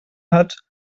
hat